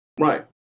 Right